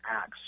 acts